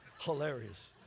Hilarious